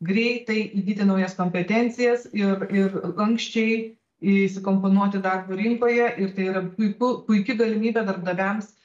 greitai įgyti naujas kompetencijas ir ir lanksčiai įsikomponuoti darbo rinkoje ir tai yra puiku puiki galimybė darbdaviams